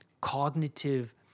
cognitive